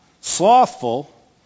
slothful